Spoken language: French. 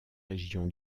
régions